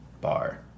bar